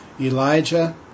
Elijah